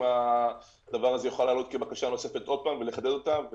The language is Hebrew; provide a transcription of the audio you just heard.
אם הדבר הזה יוכל לעלות כבקשה נוספת עוד פעם ולחדד אותה,